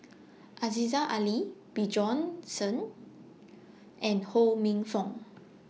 Aziza Ali Bjorn Shen and Ho Minfong